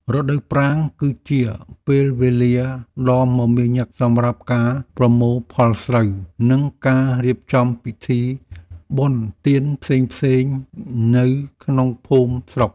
រដូវប្រាំង គឺជាពេលវេលាដ៏មមាញឹកសម្រាប់ការប្រមូលផលស្រូវ និងការរៀបចំពិធីបុណ្យទានផ្សេងៗនៅក្នុងភូមិស្រុក។